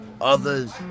Others